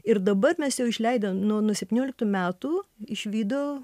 ir dabar mes jau išleidom nuo nuo septynioliktų metų išvydo